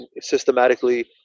systematically